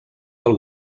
del